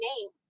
name